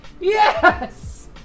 Yes